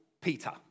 Peter